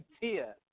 Tia